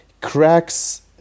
cracks